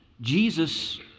Jesus